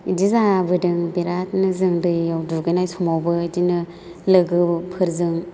बिदि जाबोदों बेरादनो जों दैआव दुगैनाय समावबो बिदिनो लोगोफोरजों